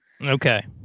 Okay